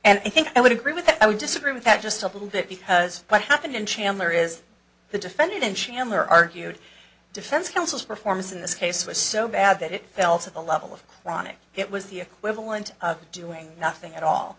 think i would agree with i would disagree with that just a little bit because what happened in chandler is the defendant in chandler argued defense counsel's performance in this case was so bad that it fell to the level of chronic it was the equivalent of doing nothing at all